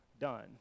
done